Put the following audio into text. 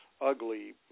ugly